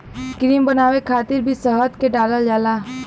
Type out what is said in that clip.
cream बनावे खातिर भी शहद के डालल जाला